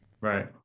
right